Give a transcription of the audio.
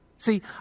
See